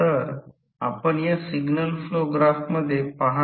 तर प्रत्यक्षात यालाच फेरोमॅग्नेटिक मटेरियलसह B H कर्व म्हणतात